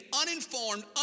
uninformed